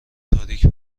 تاریک